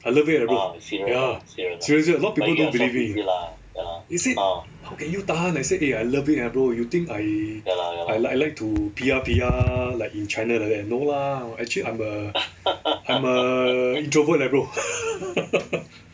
I love it eh bro ya serious serious I not peeping you believe me he say how can you tahan I say eh I love it eh bro you think I I I like to P_R P_R like in china like that no lah actually I'm a I'm a a introvert leh bro